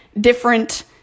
different